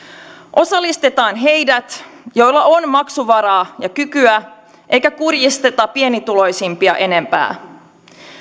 osallistetaan heidät joilla on maksuvaraa ja kykyä eikä kurjisteta pienituloisimpia enempää